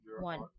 One